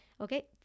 Okay